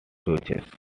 duchess